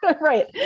right